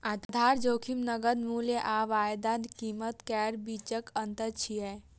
आधार जोखिम नकद मूल्य आ वायदा कीमत केर बीचक अंतर छियै